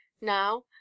now